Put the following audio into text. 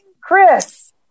Chris